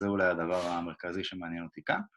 זה אולי הדבר המרכזי שמעניין אותי כאן.